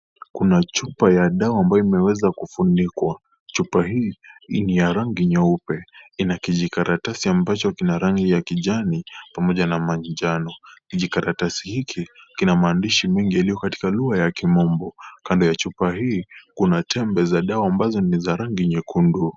Kuna chupa ya dawa ambyo imeweza kufunikwa chupa hii ni ya rangi nyeupe yana kijikaratasi ambacho kina rangi ya kijani pamoja na manjano, kijikaratasi hiki kina maandishi mingi yaliyo katika lugha ya kimombo, kando ya chupa hii kuna tembe za dawa ambazo ni za rangi nyekundu.